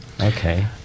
Okay